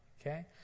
Okay